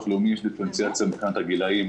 הלאומי יש דיפרנציאציה מבחינת הגילאים,